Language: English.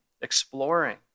exploring